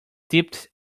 dipped